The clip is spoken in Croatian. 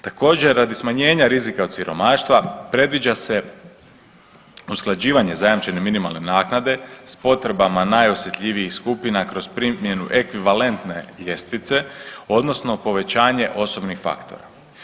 Također, radi smanjenja rizika od siromaštva predviđa se usklađivanje zajamčene minimalne naknade s potrebama najosjetljivijih skupina kroz primjenu ekvivalentne ljestvice, odnosno povećanje osobnih faktora.